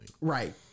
right